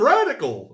Radical